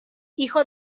hijo